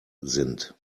sind